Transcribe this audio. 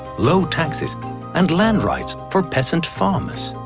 low taxes and land rights for peasant farmers.